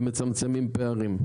ומצמצמים פערים.